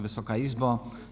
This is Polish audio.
Wysoka Izbo!